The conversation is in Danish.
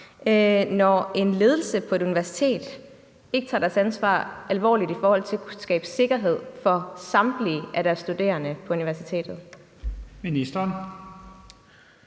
når en ledelse på et universitet ikke tager deres ansvar alvorligt i forhold til at skabe sikkerhed for samtlige af deres studerende på universitetet? Kl.